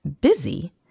busy